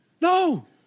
No